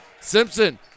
Simpson